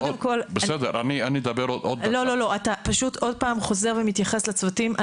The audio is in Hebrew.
אתה פשוט עוד פעם חוזר ומתייחס לצוותים.